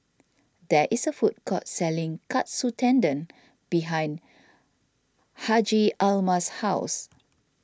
there is a food court selling Katsu Tendon behind Hjalmar's house